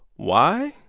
why?